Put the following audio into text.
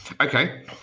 Okay